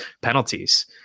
penalties